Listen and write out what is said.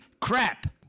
crap